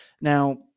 Now